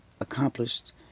accomplished